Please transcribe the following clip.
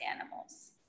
animals